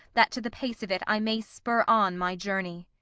that to the pace of it i may spur on my journey.